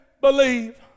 believe